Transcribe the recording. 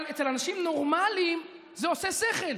אבל אצל אנשים נורמליים זה עושה שכל,